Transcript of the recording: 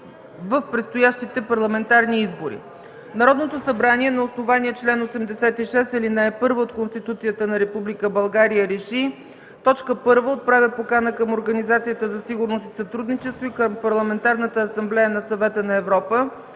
в предстоящите парламентарни избори Народното събрание на основание чл. 86, ал. 1 от Конституцията на Република България РЕШИ: 1. Отправя покана към Организацията за сигурност и сътрудничество и към Парламентарната асамблея на Съвета на Европа